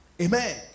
Amen